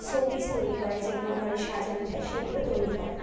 show piece তৈরি করে যেগুলো ঘরে সাজানো যায় সেগুলো তৈরি করে